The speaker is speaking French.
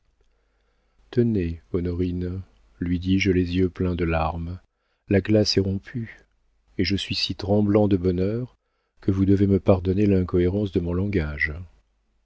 tenez honorine lui dis-je les yeux pleins de larmes la glace est rompue et je suis si tremblant de bonheur que vous devez me pardonner l'incohérence de mon langage